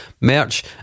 merch